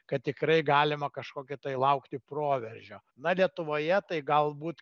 kad tikrai galima kažkokio tai laukti proveržio na lietuvoje tai galbūt